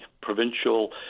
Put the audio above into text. provincial